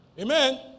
Amen